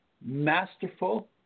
masterful